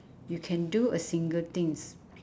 you can do a single things